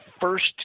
first